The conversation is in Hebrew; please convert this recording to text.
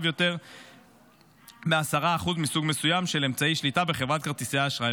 יותר מ-10% מסוג מסוים של אמצעי שליטה בחברת כרטיסי אשראי,